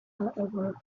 however